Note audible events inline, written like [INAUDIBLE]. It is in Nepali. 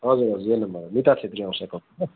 हजुर हजुर यही नम्बर निता छेत्री आउँछ [UNINTELLIGIBLE]